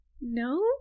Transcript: no